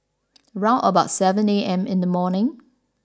round about seven A M in the morning